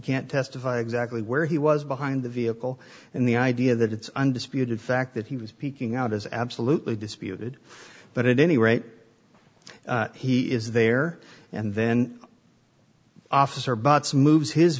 can't testify exactly where he was behind the vehicle and the idea that it's undisputed fact that he was peeking out is absolutely disputed but any rate he is there and then officer butts moves his